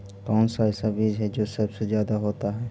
कौन सा ऐसा बीज है जो सबसे ज्यादा होता है?